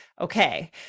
okay